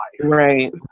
Right